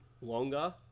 longer